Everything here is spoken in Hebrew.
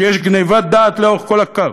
שיש גנבת דעת לאורך כל הקו.